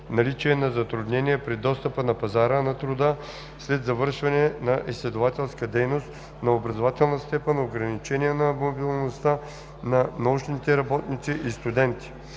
наличие на затруднения при достъпа до пазара на труда след завършване на изследователска дейност, на образователна степен, ограничения на мобилността на научните работници и студенти,